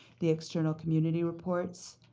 the external community reports